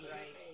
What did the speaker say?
Right